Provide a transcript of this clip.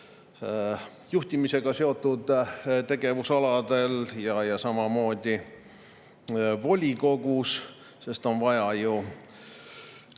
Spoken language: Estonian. juhtimisega seotud tegevusaladel, samamoodi volikogus, sest neil on vaja ju